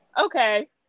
Okay